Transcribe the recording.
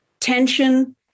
tension